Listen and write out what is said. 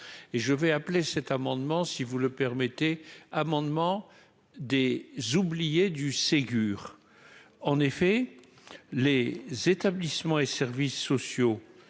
et je vais appeler cet amendement si vous le permettez, amendement des oubliées du Ségur en effet les établissements et services sociaux